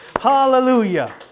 Hallelujah